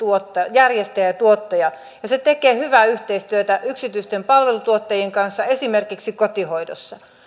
järjestäjä ja ja tuottaja ja se tekee hyvää yhteistyötä yksityisten palveluntuottajien kanssa esimerkiksi kotihoidossa